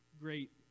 great